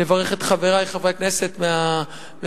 לברך את חברי חברי הכנסת מהמפלגות,